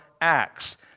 acts